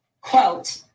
quote